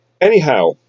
Anyhow